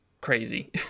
crazy